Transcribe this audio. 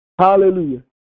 Hallelujah